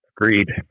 Agreed